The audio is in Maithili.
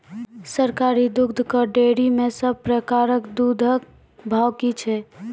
सरकारी दुग्धक डेयरी मे सब प्रकारक दूधक भाव की छै?